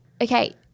Okay